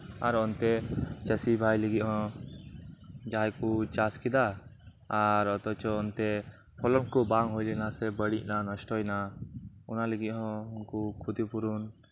ᱟᱨ ᱚᱱᱛᱮ ᱪᱟᱹᱥᱤ ᱵᱷᱟᱭ ᱞᱟᱹᱜᱤᱫ ᱦᱚᱸ ᱡᱟᱜᱮᱠᱚ ᱪᱟᱥ ᱠᱮᱫᱟ ᱟᱨ ᱚᱛᱷᱚᱪᱚ ᱚᱱᱛᱮ ᱯᱷᱚᱞᱚᱱ ᱠᱚ ᱵᱟᱝ ᱦᱩᱭᱞᱮᱱᱟ ᱥᱮ ᱵᱟᱹᱲᱤᱡ ᱮᱱᱟ ᱱᱚᱥᱴᱚᱭ ᱮᱱᱟ ᱚᱱᱟᱞᱟᱹᱜᱤᱫ ᱦᱚᱸ ᱩᱱᱠᱩ ᱠᱷᱚᱛᱤᱯᱩᱨᱚᱱ